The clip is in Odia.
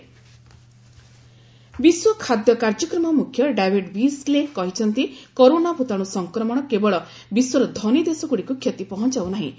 ୟୁଏନ୍ ବିଶ୍ୱ ଖାଦ୍ୟ କାର୍ଯ୍ୟକ୍ରମ ମୁଖ୍ୟ ଡାଭିଡ ବିସ୍ଲେ କହିଛନ୍ତି କରୋନା ଭୂତାଣୁ ସଂକ୍ରମଣ କେବଳ ବିଶ୍ୱର ଧନୀ ଦେଶଗୁଡ଼ିକୁ କ୍ଷତି ପହଞ୍ଚାଉ ନାହିଁ